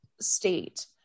state